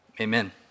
Amen